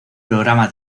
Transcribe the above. programa